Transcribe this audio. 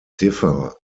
differ